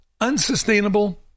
unsustainable